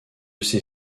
ces